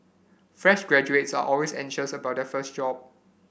fresh graduates are always anxious about their first job